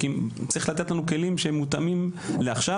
צריך לתת לנו כלים שמתאימים לעכשיו.